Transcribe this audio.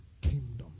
kingdom